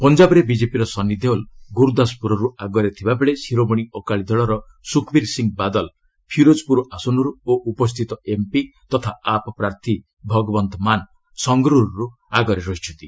ପଞ୍ଜାବରେ ବିଜେପିର ସନ୍ନି ଦେଓଲ ଗୁରୁଦାସପୁରରୁ ଆଗରେ ଥିବା ବେଳେ ସିରୋମଣି ଅକାଳୀ ଦଳର ଶୁଖବୀର ସିଂହ ବାଦଲ ଫିରୋଜପୁର ଆସନରୁ ଓ ଉପସ୍ଥିତ ଏମ୍ପି ତଥା ଆପ୍ ପ୍ରାର୍ଥୀ ଭଗବନ୍ତ ମାନ ସଙ୍ଗରୁର୍ରୁ ଆଗରେ ଅଛନ୍ତି